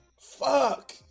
Fuck